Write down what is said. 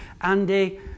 Andy